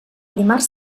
dimarts